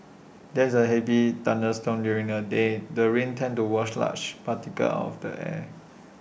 there's A heavy thunderstorm during the day the rains tends to wash large particles out of the air